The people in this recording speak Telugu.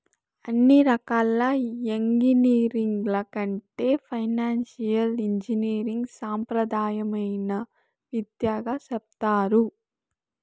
అన్ని రకాల ఎంగినీరింగ్ల కంటే ఫైనాన్సియల్ ఇంజనీరింగ్ సాంప్రదాయమైన విద్యగా సెప్తారు